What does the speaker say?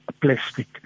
plastic